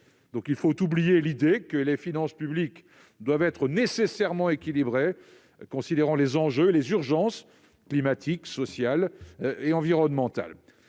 donc oublier l'idée selon laquelle les finances publiques doivent être nécessairement équilibrées et considérer les enjeux et les urgences- climatiques, sociales et environnementales